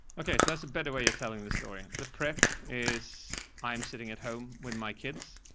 okay, so that's a better way of telling the story. the prep is, i'm sitting at home with my kids.